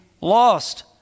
lost